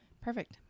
Perfect